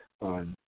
on